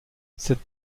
cette